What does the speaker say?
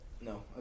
no